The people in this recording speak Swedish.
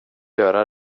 göra